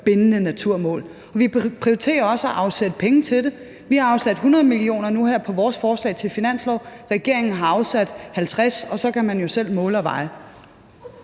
bindende naturmål, vi prioriterer også at afsætte pengene til det. Vi har afsat 100 mio. kr. nu her på vores forslag til en finanslov, regeringen har afsat 50 mio. kr., og så kan man jo selv måle og veje.